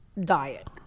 diet